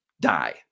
die